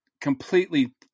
completely